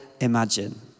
imagine